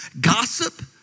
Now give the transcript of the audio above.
gossip